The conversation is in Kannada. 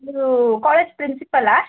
ನೀವು ಕಾಲೇಜ್ ಪ್ರಿನ್ಸಿಪಲಾ